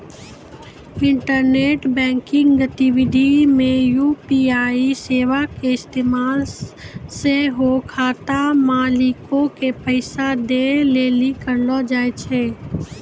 internet banking गतिविधि मे UPI सेबा के इस्तेमाल सेहो खाता मालिको के पैसा दै लेली करलो जाय छै